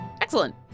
excellent